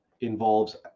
involves